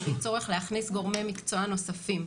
לפי הצורך להכניס גורמי מקצוע נוספים,